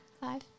Five